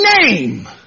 name